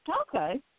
Okay